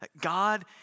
God